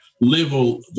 level